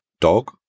Dog